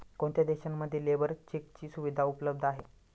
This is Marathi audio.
कोणत्या देशांमध्ये लेबर चेकची सुविधा उपलब्ध आहे?